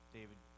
David